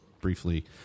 briefly